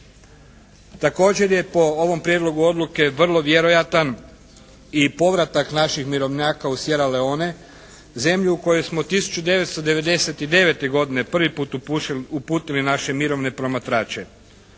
Također je po ovom prijedlogu odluke vrlo vjerojatan i povratak naših mirovnjaka u Siera Leone, zemlju u koju smo 1999. godine prvi put uputili naše mirovne promatrače.